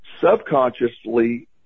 subconsciously